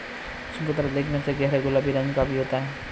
चकोतरा देखने में गहरे गुलाबी रंग का भी होता है